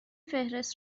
فهرست